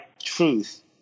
truth